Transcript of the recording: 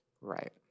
Right